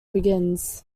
begins